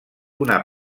una